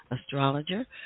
astrologer